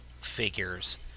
figures